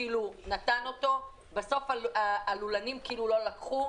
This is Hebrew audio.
דנים פה כבר ארבע ישיבות?